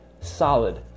solid